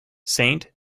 saint